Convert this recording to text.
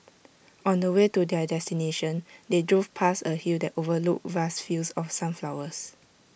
on the way to their destination they drove past A hill that overlooked vast fields of sunflowers